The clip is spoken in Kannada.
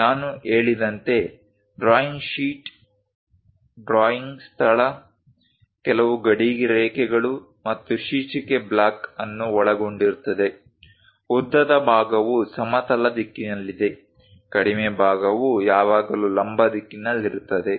ನಾನು ಹೇಳಿದಂತೆ ಡ್ರಾಯಿಂಗ್ ಶೀಟ್ ಡ್ರಾಯಿಂಗ್ ಸ್ಥಳ ಕೆಲವು ಗಡಿರೇಖೆಗಳು ಮತ್ತು ಶೀರ್ಷಿಕೆ ಬ್ಲಾಕ್ ಅನ್ನು ಒಳಗೊಂಡಿರುತ್ತದೆ ಉದ್ದದ ಭಾಗವು ಸಮತಲ ದಿಕ್ಕಿನಲ್ಲಿದೆ ಕಡಿಮೆ ಭಾಗವು ಯಾವಾಗಲೂ ಲಂಬ ದಿಕ್ಕಿನಲ್ಲಿರುತ್ತದೆ